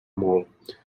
molt